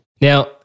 Now